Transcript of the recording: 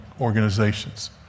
organizations